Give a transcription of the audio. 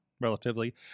Relatively